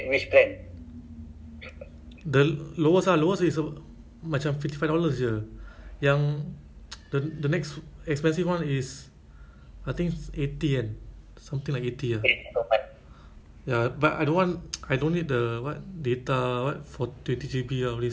the lowest the lowest macam fifty five dollars jer yang the next expensive one is I think eighty kan something like eighty ah ya but I don't want I don't need the what data what for~ thirty G_B all this thirty G_B